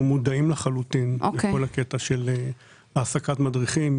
אנחנו מודעים לחלוטין לבעיה של העסקת מדריכים.